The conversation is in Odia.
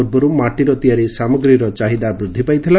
ପୂର୍ବରୁ ମାଟିର ତିଆରି ସାମଗ୍ରୀର ଚାହିଦା ବୃଦ୍ଧି ପାଇଥିଲା